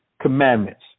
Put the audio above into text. commandments